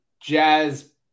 Jazz